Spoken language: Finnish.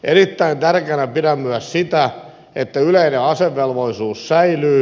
erittäin tärkeänä pidän myös sitä että yleinen asevelvollisuus säilyy